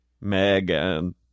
Megan